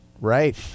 Right